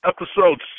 Episode